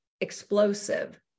explosive